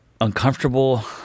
uncomfortable